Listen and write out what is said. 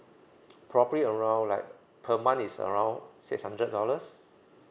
probably around like per month is around six hundred dollars